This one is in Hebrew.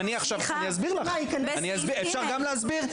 אני אסביר לך, אפשר גם להסביר?